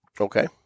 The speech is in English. Okay